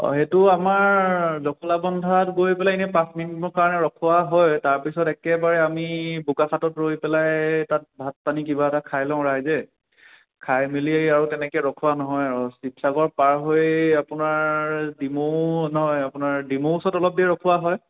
অঁ এইটো আমাৰ জখলাবন্ধাত গৈ পেলাই এনেই পাঁচ মিনিটৰ কাৰণে ৰখোৱা হয় তাৰ পিছত একেবাৰে আমি বোকাখাতত ৰৈ পেলাই তাত ভাত পানী কিবা এটা খাই লওঁ ৰাইজে খাই মেলি আৰু তেনেকে ৰখোৱা নহয় আৰু শিৱসাগৰ পাৰ হৈ আপোনাৰ ডিমৌ নহয় আপোনাৰ ডিমৌৰ ওচৰত অলপ দেৰি ৰখোৱা হয়